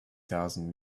thousand